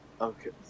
Okay